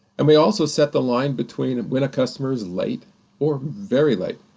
and we also set the line between when a customer is late or very late.